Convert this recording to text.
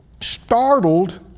startled